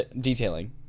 detailing